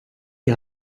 die